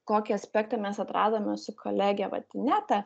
kokį aspektą mes atradome su kolege vat ineta